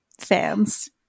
fans